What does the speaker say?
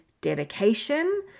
dedication